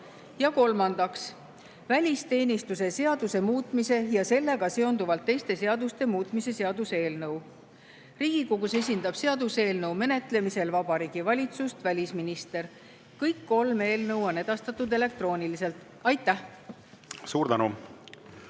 Ja kolmandaks, välisteenistuse seaduse muutmise ja sellega seonduvalt teiste seaduste muutmise seaduse eelnõu. Riigikogus esindab seaduseelnõu menetlemisel Vabariigi Valitsust välisminister. Kõik kolm eelnõu on edastatud elektrooniliselt. Aitäh! Austatud